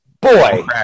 Boy